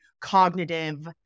cognitive